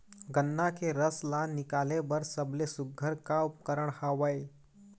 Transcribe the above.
गन्ना के रस ला निकाले बर सबले सुघ्घर का उपकरण हवए?